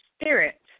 spirit